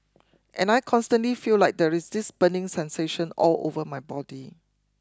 and I constantly feel like there is this burning sensation all over my body